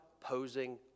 posing